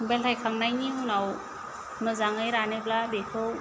बेलथाय खांनायनि उनाव मोजाङै रानोब्ला बेखौ